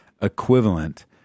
equivalent